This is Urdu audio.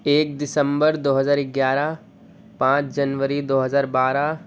ایک دسمبر دو ہزار گیارہ پانچ جنوری دو ہزار بارہ